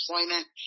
employment